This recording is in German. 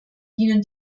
dienen